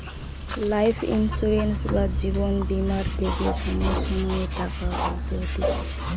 life insurance বা জীবন বীমার লিগে সময়ে সময়ে টাকা ভরতে হতিছে